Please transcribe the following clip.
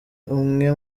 umwe